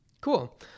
cool